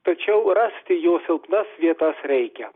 tačiau rasti jo silpnas vietas reikia